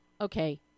Okay